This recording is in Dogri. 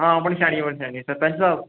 आं पंछानेआ पंछानेआ सरपंच साहब